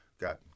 got